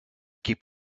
keep